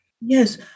Yes